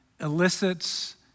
elicits